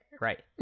Right